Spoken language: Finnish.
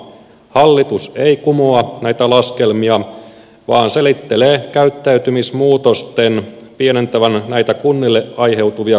hallitus ei kumoa näitä laskelmia vaan selittelee käyttäytymismuutosten pienentävän näitä kunnille aiheutuvia kustannuksia